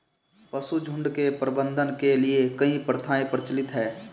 पशुझुण्ड के प्रबंधन के लिए कई प्रथाएं प्रचलित हैं